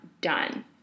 done